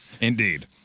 Indeed